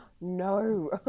no